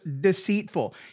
deceitful